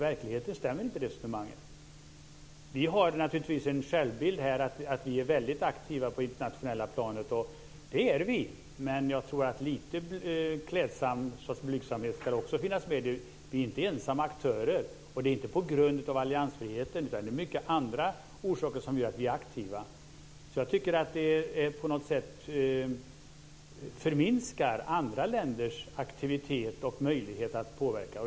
Vi har en självbild av att vi är väldigt aktiva på det internationella planet, och det är vi. Men lite blygsamhet vore nog klädsamt. Vi är inte ensamma aktörer, och det är inte på grund av alliansfriheten utan det är många andra orsaker som gör att vi är aktiva. Att säga att det beror på alliansfriheten förminskar på något sätt andra länders aktivitet och möjlighet att påverka.